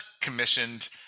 commissioned